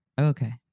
okay